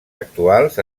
actuals